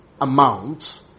amount